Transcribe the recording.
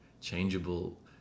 changeable